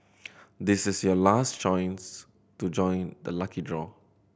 this is your last chance to join the lucky draw